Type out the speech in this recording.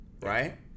right